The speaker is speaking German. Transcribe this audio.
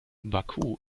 baku